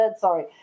sorry